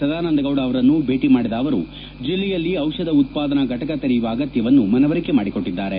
ಸದಾನಂದಗೌಡ ಅವರನ್ನು ಭೇಟಿ ಮಾಡಿದ ಅವರು ಜಿಲ್ಲೆಯಲ್ಲಿ ಔಷಧ ಉತ್ಪಾದನಾ ಫಟಕ ತೆರೆಯುವ ಅಗತ್ಯವನ್ನು ಮನವರಿಕೆ ಮಾಡಿಕೊಟ್ಟದ್ದಾರೆ